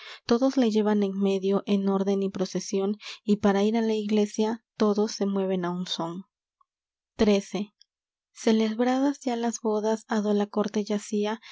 todos le llevan en medio en orden y procesión y para ir á la iglesia todos se mueven á un són xiii celebradas ya las bodas á do la corte yacía